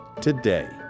today